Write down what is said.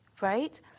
right